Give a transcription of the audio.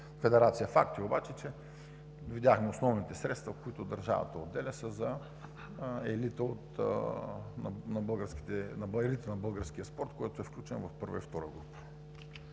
организация. Факт е обаче и видяхме основните средства, които държавата отделя, са за елита на българския спорт, включен във първа и втора група.